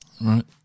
Right